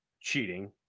cheating